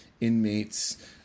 inmates